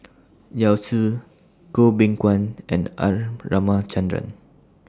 Yao Zi Goh Beng Kwan and R Ramachandran